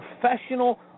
professional